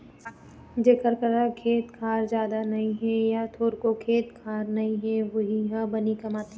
जेखर करा खेत खार जादा नइ हे य थोरको खेत खार नइ हे वोही ह बनी कमाथे